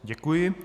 Děkuji.